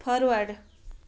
forward